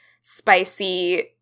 spicy